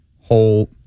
whole